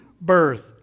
birth